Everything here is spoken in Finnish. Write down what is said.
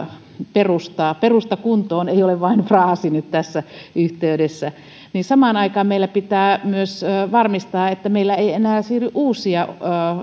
perustaa perusta kuntoon ei ole vain fraasi nyt tässä yhteydessä ja samaan aikaan meillä pitää myös varmistaa että meillä ei enää siirry uusia